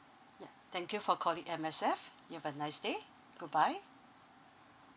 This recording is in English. yeah thank you for calling M_S_F you have a nice day goodbye